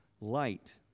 Light